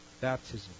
baptism